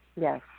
Yes